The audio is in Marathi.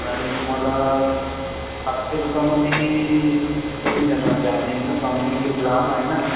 मॅडम तुम्हाला सातशे रुपयामधे कोण देणार जाणं येणं काउनकी खूप लांब आहे ना